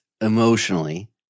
emotionally